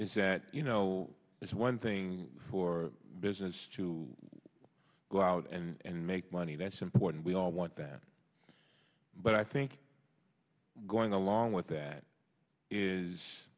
is that you know it's one thing for business to go out and make money that's important we all want that but i think going along with that is